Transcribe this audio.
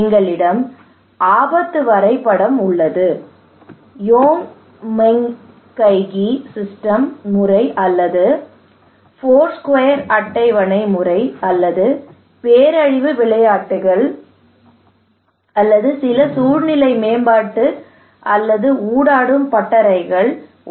எங்களிடம் ஆபத்து வரைபடம் உள்ளது எங்களிடம் யோன்மென்காய்கி கணினி முறை அல்லது ஃபோர்ஸ்கொயர் அட்டவணை முறை அல்லது பேரழிவு விளையாட்டுகள் அல்லது சில சூழ்நிலை மேம்பாடு அல்லது ஊடாடும் பட்டறைகள் உள்ளன